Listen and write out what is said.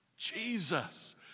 Jesus